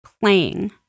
playing